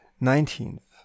Nineteenth